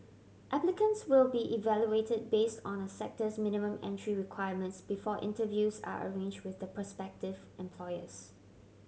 applicants will be evaluated based on a sector's minimum entry requirements before interviews are arranged with the prospective employers